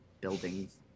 buildings